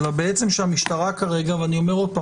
זה שלמשטרה כרגע ואני אומר שוב,